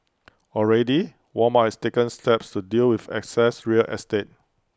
already Walmart has taken steps to deal with excess real estate